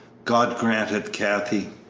god grant it, kathie!